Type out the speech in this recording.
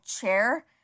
chair